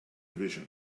division